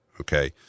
okay